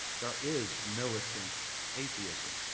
there is militant atheism.